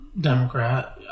democrat